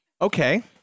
Okay